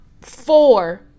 four